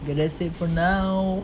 okay that's it for now